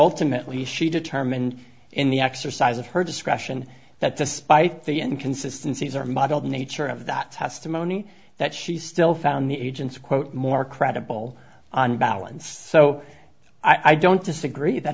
ultimately she determined in the exercise of her discretion that despite the inconsistency is or muddled the nature of that testimony that she still found the agency quote more credible on balance so i don't disagree that